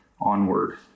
onward